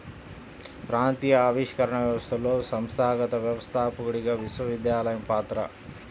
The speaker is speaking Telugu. ప్రాంతీయ ఆవిష్కరణ వ్యవస్థలో సంస్థాగత వ్యవస్థాపకుడిగా విశ్వవిద్యాలయం పాత్ర